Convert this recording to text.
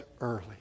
early